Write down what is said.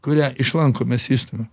kurią iš lanko mes išstumiam